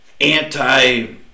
anti